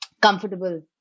comfortable